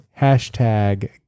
Hashtag